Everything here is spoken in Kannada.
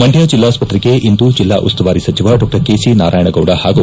ಮಂಡ್ಯ ಜಿಲ್ಲಾಸ್ತ್ರೆಗೆ ಇಂದು ಜಿಲ್ಲಾ ಉಸ್ತುವಾರಿ ಸಚಿವ ಡಾಜಿಲ್ಡಾಧಿಕಾರಿ ಸಿ ನಾರಾಯಣಗೌಡ ಹಾಗೂ